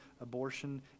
abortion